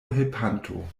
helpanto